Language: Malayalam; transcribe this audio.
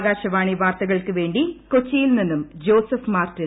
ആകാശവാണി വാർത്തകൾക്കു വേണ്ടി കൊച്ചിയിൽ നിന്നും ജോസഫ് മാർട്ടിൻ